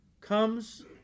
comes